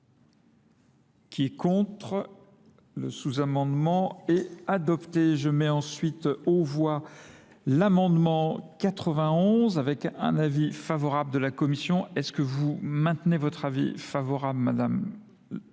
Qui est contre ? Le sous-amendement est adopté. Je mets ensuite au voie l'amendement 91 avec un avis favorable de la Commission. Est-ce que vous maintenez votre avis favorable Madame ?